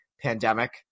pandemic